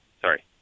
Sorry